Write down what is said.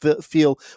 feel –